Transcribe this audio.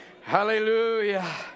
Hallelujah